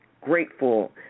grateful